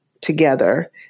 together